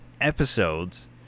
episodes